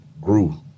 grew